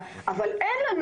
וכן,